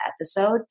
episode